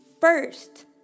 first